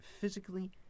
physically